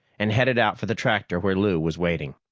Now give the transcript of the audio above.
and headed out for the tractor where lou was waiting.